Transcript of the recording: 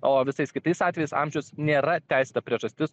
o visais kitais atvejais amžius nėra teisėta priežastis